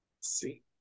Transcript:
See